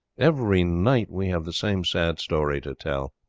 every night we have the same sad story to tell,